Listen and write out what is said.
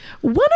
One